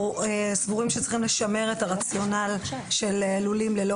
אנחנו סבורים שצריך לשמר את הרציונל של לולים ללא